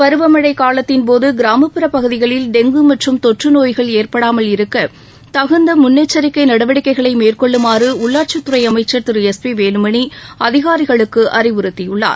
பருவமழை காலத்தின்போது கிராமப்புற பகுதிகளில் டெங்கு மற்றும் தொற்று நோய்கள் ஏற்படாமல் இருக்க தகுந்த முன்னெச்சரிக்கை நடவடிக்கைகளை மேற்கொள்ளுமாறு உள்ளாட்சித் துறை அமைச்சா் திரு எஸ் பி வேலுமணி அதிகாரிகளுக்கு அறிவுறுத்தியுள்ளார்